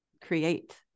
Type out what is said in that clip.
create